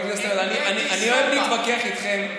אני אוהב להתווכח איתכם,